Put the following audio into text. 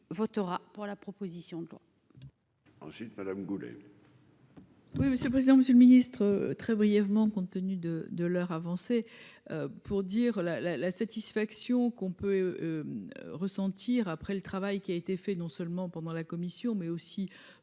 votera pour la proposition de loi. Ensuite Madame Goulet. Oui, monsieur le président, Monsieur le Ministre, très brièvement, compte tenu de, de leur avancée pour dire la, la, la satisfaction qu'on peut ressentir, après le travail qui a été fait, non seulement pendant la commission mais aussi